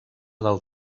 del